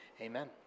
Amen